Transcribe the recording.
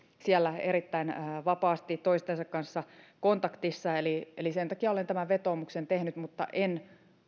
siellä erittäin vapaasti toistensa kanssa kontaktissa eli eli sen takia olen tämän vetoomuksen tehnyt mutta en